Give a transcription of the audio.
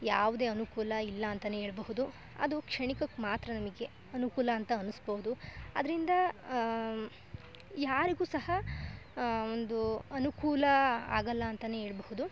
ಯಾವುದೇ ಅನುಕೂಲ ಇಲ್ಲ ಅಂತಾನೆ ಹೇಳ್ಬಹುದು ಅದು ಕ್ಷಣಿಕಕ್ಕೆ ಮಾತ್ರ ನಮಗೆ ಅನುಕೂಲ ಅಂತ ಅನಿಸ್ಬೌದು ಅದರಿಂದ ಯಾರಿಗೂ ಸಹ ಒಂದು ಅನುಕೂಲ ಆಗೋಲ್ಲ ಅಂತಾನೆ ಹೇಳ್ಬಹುದು